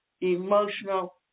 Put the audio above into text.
emotional